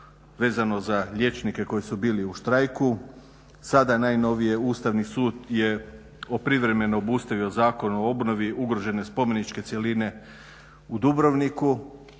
vezano za liječnike koji su bili u štrajku, sada najnovije Ustavni sud je privremeno obustavio Zakon o obnovi ugrožene spomeničke cjeline u Dubrovniku.